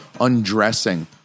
undressing